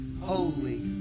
holy